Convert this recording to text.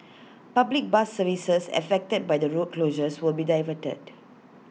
public bus services affected by the road closures will be diverted